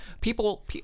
people